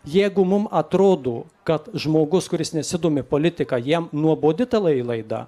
jeigu mum atrodo kad žmogus kuris nesidomi politika jam nuobodi ta lai laida